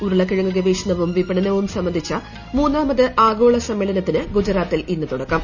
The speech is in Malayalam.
ഉരുളക്കിഴങ്ങ് ഗവേഷണവും വിപണനവും സംബന്ധിച്ച മൂന്നാമത് ആഗോള സമ്മേളനത്തിന് ഗുജറാത്തിൽ ഇന്ന് തുടക്കം